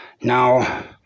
Now